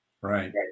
Right